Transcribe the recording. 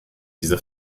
dieser